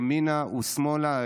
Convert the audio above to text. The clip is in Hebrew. ימינה ושמאלה.